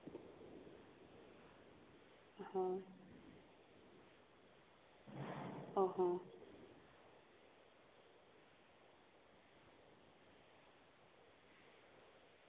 ᱦᱚᱸ ᱚ ᱦᱚᱸ